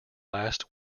last